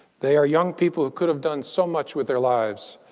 they are young people who could have done so much with their lives.